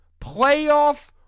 playoff